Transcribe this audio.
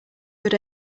good